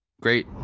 great